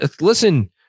listen